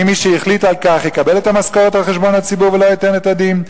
האם מי שהחליט על כך יקבל את המשכורת על חשבון הציבור ולא ייתן את הדין?